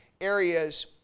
areas